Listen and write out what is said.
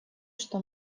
что